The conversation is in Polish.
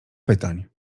pytań